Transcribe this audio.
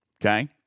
okay